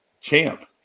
champ